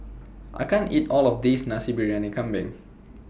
I can't eat All of This Nasi Briyani Kambing